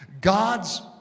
God's